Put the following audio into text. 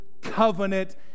covenant